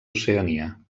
oceania